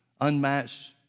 unmatched